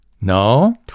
No